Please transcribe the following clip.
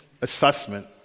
assessment